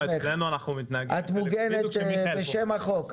את מוגנת בשם החוק.